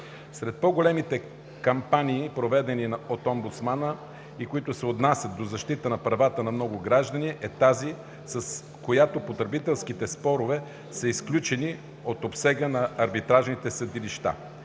Сред по-големите кампании, проведени от омбудсмана и които се отнасят до защита на правата на много граждани, е тази, с която потребителските спорове са изключени от обсега на арбитражните съдилища.